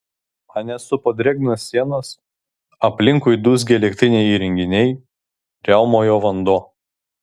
mane supo drėgnos sienos aplinkui dūzgė elektriniai įrenginiai riaumojo vanduo